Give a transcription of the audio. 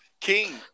King